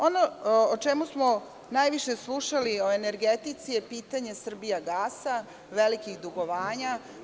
Ono o čemu smo najviše slušali o energetici je pitanje „Srbijagasa“, velikih dugovanja.